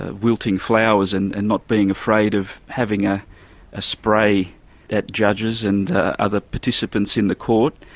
ah wilting flowers and and not being afraid of having ah a spray at judges and other participants in the court.